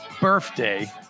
birthday